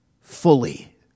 fully